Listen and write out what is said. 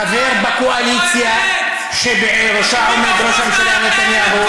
חבר בקואליציה שבראשה ראש הממשלה נתניהו.